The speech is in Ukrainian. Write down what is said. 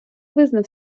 визнав